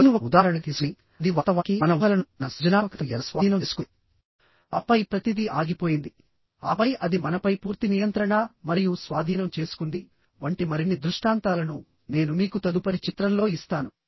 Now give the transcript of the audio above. మొబైల్ను ఒక ఉదాహరణగా తీసుకొని అది వాస్తవానికి మన ఊహలను మన సృజనాత్మకతను ఎలా స్వాధీనం చేసుకుంది ఆపై ప్రతిదీ ఆగిపోయింది ఆపై అది మనపై పూర్తి నియంత్రణ మరియు స్వాధీనం చేసుకుంది వంటి మరిన్ని దృష్టాంతాలను నేను మీకు తదుపరి చిత్రంలో ఇస్తాను